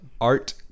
art